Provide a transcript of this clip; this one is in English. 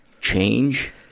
change